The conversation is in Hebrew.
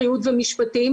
בריאות ומשפטים,